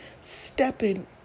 Stepping